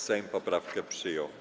Sejm poprawkę przyjął.